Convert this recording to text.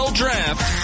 draft